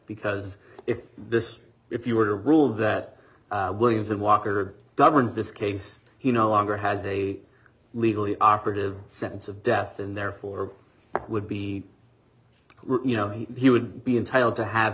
because if this if you were to rule that williams and walker governs this case he no longer has a legally operative sentence of death and therefore would be you know he would be entitled to have